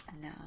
no